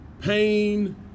pain